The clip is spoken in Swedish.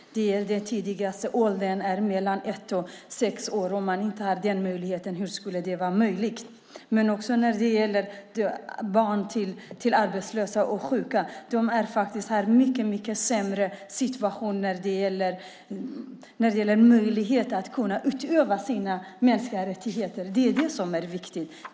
Den tidigaste åldern för det är mellan ett och sex år. Om man inte har möjlighet att ta del av barnomsorgen, hur skulle det då vara möjligt? Barn till arbetslösa och sjuka är i en mycket sämre situation när det gäller möjligheten att kunna utöva sina mänskliga rättigheter. Det är det som är viktigt.